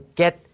get